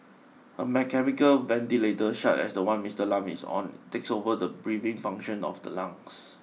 a mechanical ventilator such as the one Mister Lam is on takes over the breathing function of the lungs